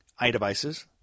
iDevices